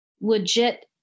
legit